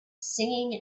singing